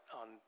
on